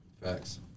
Facts